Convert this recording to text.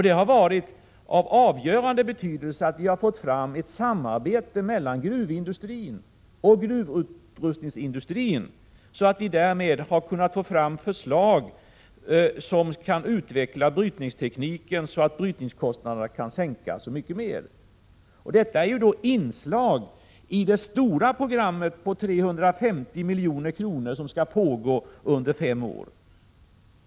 Det har varit av avgörande betydelse för att vi har åstadkommit ett samarbete mellan gruvindustrin och gruvutrustningsindustrin, så att vi därmed har kunnat få fram förslag som kan utveckla brytningstekniken så att brytningskostnaderna kan sänkas och mycket annat. Detta är inslag i det stora programmet på 350 milj.kr. som skall pågå under fem år.